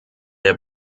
der